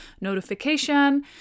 notification